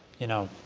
you know,